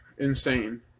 Insane